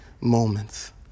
moments